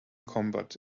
combat